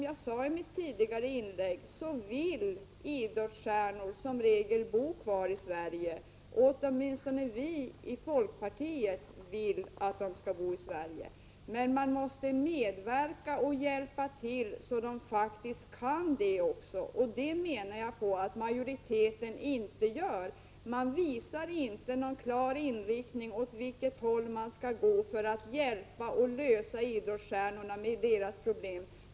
Jag sade i mitt tidigare inlägg att svenska idrottsstjärnor som regel vill bo kvar i Sverige, och åtminstone vi i folkpartiet vill att de skall göra det. Men man måste medverka och hjälpa till så att de kan göra det också. Jag menar att majoriteten inte gör det. Man visar ingen klar inriktning, hur man skall göra för att lösa idrottsstjärnornas problem.